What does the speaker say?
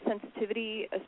sensitivity